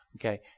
Okay